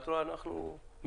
את רואה, אנחנו משתדלים